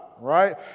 right